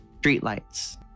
streetlights